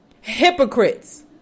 Hypocrites